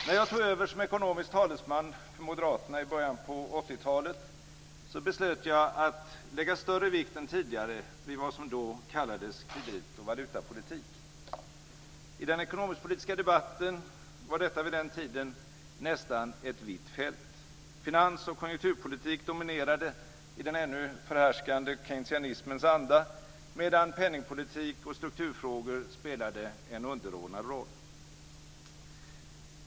När jag tog över som ekonomisk talesman för mitt parti i början av 1980-talet beslöt jag att lägga större vikt än tidigare vid vad som då kallades kredit och valutapolitik. I den ekonomisk-politiska debatten var detta vid den tiden nästan ett vitt fält. Finans och konjunkturpolitik dominerade i den ännu förhärskande keynesianismens anda, medan penningpolitik och strukturfrågor spelade en underordnad roll.